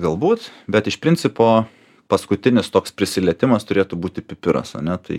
galbūt bet iš principo paskutinis toks prisilietimas turėtų būti pipiras ar ne tai